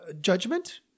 judgment